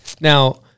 Now-